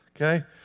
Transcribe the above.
okay